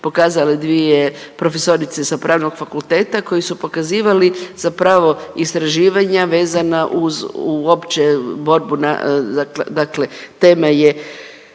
pokazale dvije profesorice sa Pravnog fakulteta koji su pokazivali zapravo istraživanja vezana uz uopće borbu dakle temelje